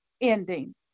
ending